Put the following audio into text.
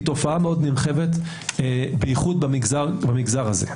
היא תופעה מאוד נרחבת, בייחוד במגזר הזה.